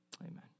Amen